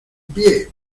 pie